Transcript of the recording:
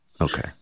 Okay